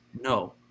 no